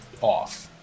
off